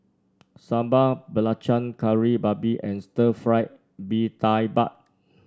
Sambal Belacan Kari Babi and Stir Fry Mee Tai Mak